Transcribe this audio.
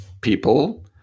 people